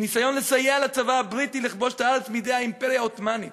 בניסיון לסייע לצבא הבריטי לכבוש את הארץ מידי האימפריה העות'מאנית,